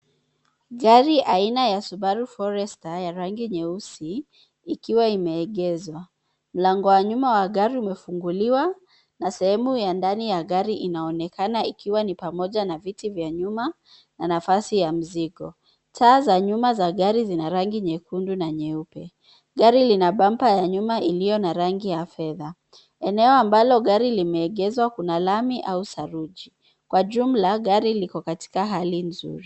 Gari aina ya Subaru Forester ya rangi nyeusi ikiwa imegeshwa. Mlango wa nyuma wa gari umefunguliwa na sehemu ya ndani ya gari inaonekana ikiwa ni pamoja na viti vya nyuma na nafasi ya mzigo. Taa za nyuma za gari zina rangi nyekundu na nyeupe. Gari lina namba ya nyuma lilo na rangi ya fedha. Eneo ambalo gari limegeshwa kuna lami au saruji. Kwa jumla gari liko katika hali nzuri.